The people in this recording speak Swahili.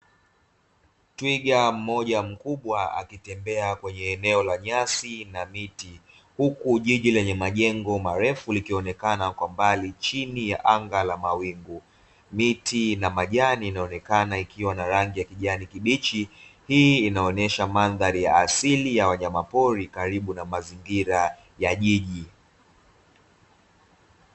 Twiga mmoja mkubwa akitembea kwenye eneo la nyasi na miti, huku jiji lenye majengo marefu likionekana kwa mbali chini ya anga la mawingu. Miti na majani inaonekana ikiwa na rangi ya kijani kibichi, hii inaonesha mandhari ya asili ya wanyama pori karibu na mazingira ya jiji.